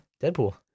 Deadpool